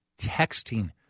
texting